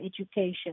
education